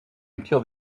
until